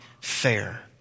fair